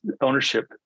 ownership